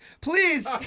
please